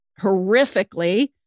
horrifically